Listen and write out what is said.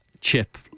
chip